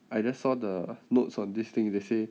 I just saw the notes on this thing they say